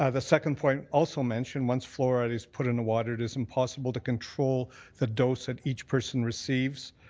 ah the second point also mentioned once fluoride is put in the water it is impossible to control the dose that each person receives.